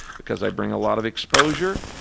because i bring a lot of exposure.